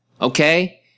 Okay